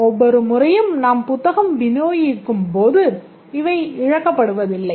ஒவ்வொரு முறையும் நாம் புத்தகம் விநியோகிக்கும் போதும் இவை இழக்கப்படுவதில்லை